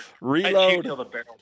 Reload